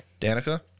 danica